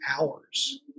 hours